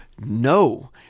No